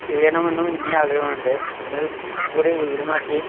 ചെയ്യണമെന്നും ഇനിയും ആഗ്രഹമുണ്ട് ഒന്നുംകൂടി വിപുലമാക്കി